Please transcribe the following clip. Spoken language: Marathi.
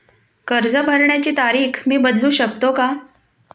कर्ज भरण्याची तारीख मी बदलू शकतो का?